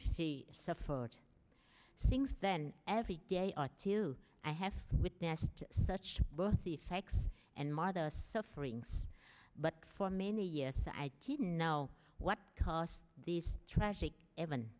she suffered things then every day or two i have witnessed such both effects and modest sufferings but for many years i didn't know what caused these tragic evan